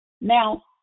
Now